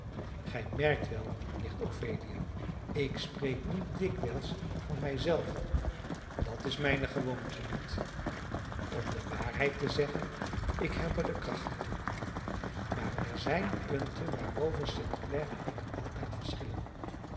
gij merkt wel nicht ophelia ik spreek niet dikwijls van mij zelve dat is mijne gewoonte niet om de waarheid te zeggen ik heb er de kracht niet toe maar er zijn punten waarover st clare en ik altijd verschillen